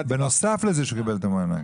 בנוסף לזה שהוא קיבל את המענק.